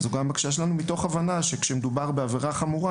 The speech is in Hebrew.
גם זו בקשה שלנו, מתוך הבנה שכשמדובר בעבירה חמורה